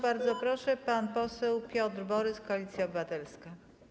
Bardzo proszę pan poseł Piotr Borys., Koalicja Obywatelska.